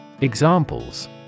Examples